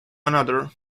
another